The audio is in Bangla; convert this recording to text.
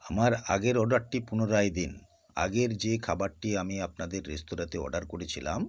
আমার আগের অর্ডারটি পুনরায় দিন আগের যে খাবারটি আমি আপনাদের রেস্তোরাঁতে অর্ডার করেছিলাম